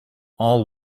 all